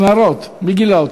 מי גילה אותן?